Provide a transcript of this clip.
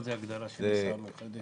מה היא ההגדרה של היסעים מיוחדים?